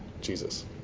Jesus